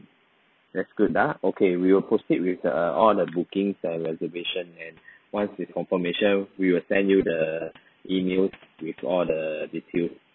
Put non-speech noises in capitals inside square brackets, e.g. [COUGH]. that's good ah okay we'll proceed with the all the bookings and reservation and [BREATH] once they confirmation we will send you the emails with all the details